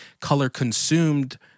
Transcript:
color-consumed